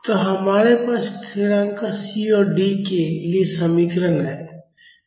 तो हमारे पास स्थिरांक C और D के लिए समीकरण हैं